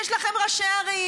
יש לכם ראשי ערים,